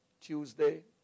Tuesday